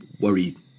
worried